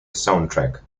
soundtrack